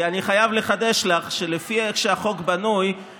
כי אני חייב לחדש לך שלפי איך שהחוק בנוי,